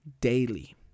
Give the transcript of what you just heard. daily